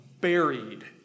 buried